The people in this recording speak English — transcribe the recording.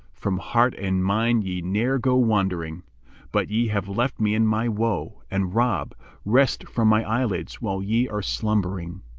from heart and mind ye ne'er go wandering but ye have left me in my woe, and rob rest from my eyelids while ye are slumbering.